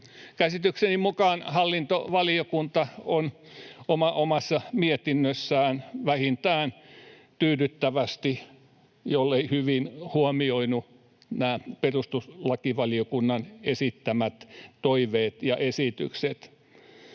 Käsitykseni mukaan hallintovaliokunta on omassa mietinnössään vähintään tyydyttävästi, jollei hyvin, huomioinut nämä perustuslakivaliokunnan esittämät toiveet ja esitykset.